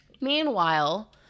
meanwhile